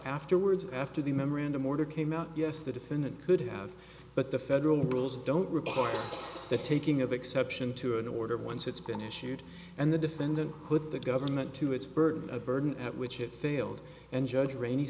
afterwards after the memorandum order came out yes the defendant could have but the federal rules don't require the taking of exception to an order once it's been issued and the defendant put the government to its burden a burden at which it failed and judge rain